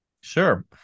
Sure